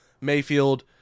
Mayfield